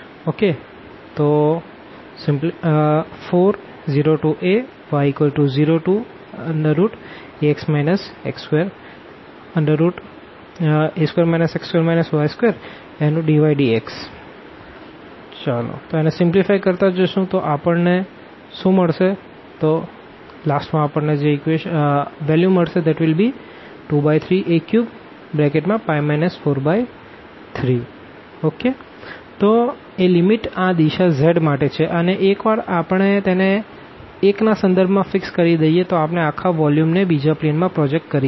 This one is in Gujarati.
VVdxdydzVdzdydx 40ay0ax x2z0a2 x2 y2dzdydx 40ay0ax x2a2 x2 y2dydx 40ay0ax x2a2 x2 y2dydx 402r0acos a2 r2rdrdθ 4 122302a2 r2320acos dθ 43a302 1dθ 23a3π 43 તો એ લીમીટ આ દિશા z માટે છે અને એક વાર આપણે તેને 1 ના સંદર્ભ માં ફિક્ષ કરી દઈએ તો આપણે આખા વોલ્યુમ ને બીજા પ્લેન માં પ્રોજેક્ટ કરી શકીએ